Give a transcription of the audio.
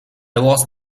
lost